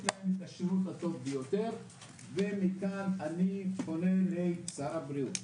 להם את השירות הטוב ביותר ומכאן אני פונה לשר הבריאות,